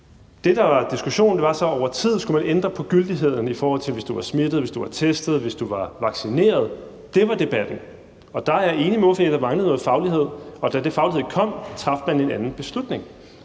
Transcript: Det, der var diskussionen, var, om man over tid skulle ændre på gyldigheden, i forhold til hvis du var smittet, hvis du var testet, eller hvis du var vaccineret. Det var debatten, og der er jeg enig med ordføreren i, at der manglede noget faglighed, og da den faglighed kom, traf man en anden beslutning.